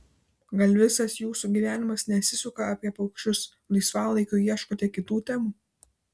gal visas jūsų gyvenimas nesisuka apie paukščius laisvalaikiu ieškote kitų temų